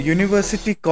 University